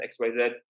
XYZ